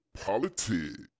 politics